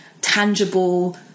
tangible